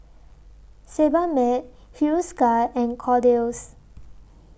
Sebamed Hiruscar and Kordel's